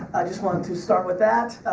i just want to start with that.